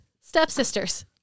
Stepsisters